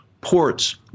ports